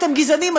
אתם גזענים,